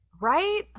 Right